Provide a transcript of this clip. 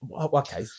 okay